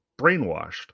brainwashed